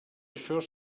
això